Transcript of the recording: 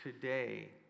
today